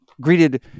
greeted